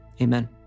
Amen